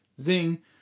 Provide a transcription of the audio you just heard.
Zing